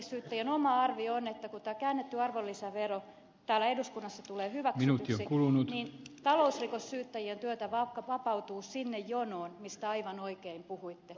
syyttäjien oma arvio on että kun tämä käännetty arvonlisävero täällä eduskunnassa tulee hyväksytyksi niin talousrikossyyttäjien työtä vapautuu sinne jonoon mistä aivan oikein puhuitte